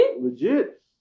Legit